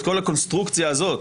את כל הקונסטרוקציה הזאת,